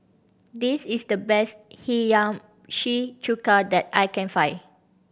this is the best Hiyashi Chuka that I can find